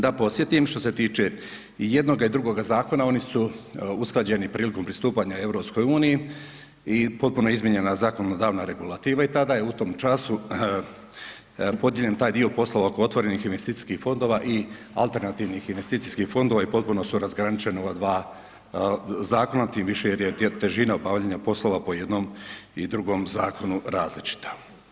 Da podsjetim, što se tiče i jednoga i drugoga zakona, oni su usklađeni prilikom pristupanja EU-i i potpuno izmijenjena zakonodavna regulativa je tada je u tom času podijeljen taj dio poslova oko otvorenih investicijskih fondova i alternativnih investicijskih fondova i potpuno su razgraničena ova dva zakona, tim više jer je težina obavljanja poslova po jednom i drugom zakonu različita.